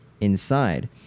inside